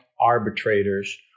arbitrators